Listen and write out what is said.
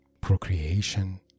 procreation